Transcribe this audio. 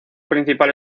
principal